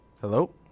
Hello